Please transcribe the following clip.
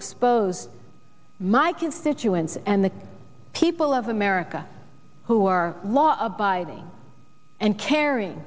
expose my constituents and the people of the america who are law abiding and caring